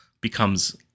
becomes